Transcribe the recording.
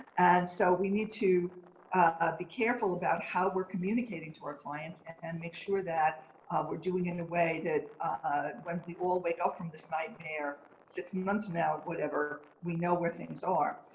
and so we need to ah be careful about how we're communicating to our clients and make sure that we're doing it in a way that when we all wake up from this nightmare six months now, whatever, we know where things are.